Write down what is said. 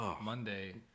Monday